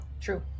True